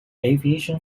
aviation